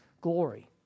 glory